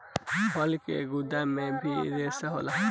फल के गुद्दा मे भी रेसा होला